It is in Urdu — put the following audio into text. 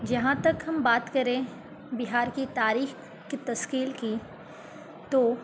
جہاں تک ہم بات کریں بہار کی تاریخ کی تشکیل کی تو